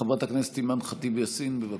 חברת הכנסת אימאן ח'טיב יאסין, בבקשה.